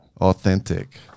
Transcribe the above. authentic